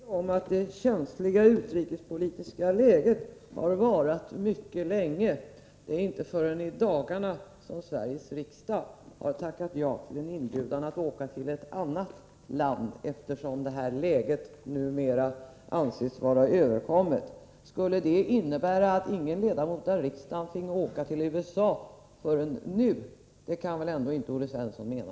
Fru talman! Jag får erinra om att det känsliga utrikespolitiska läget har varat mycket länge. Det är inte förrän i dagarna som Sveriges riksdag har tackat ja till en inbjudan att åka till Sovjet, eftersom det här läget numera anses vara överkommet. Skulle det innebära att ingen ledamot av riksdagen finge åka till USA förrän nu? Det kan väl ändå inte Olle Svensson mena.